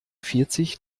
vierzig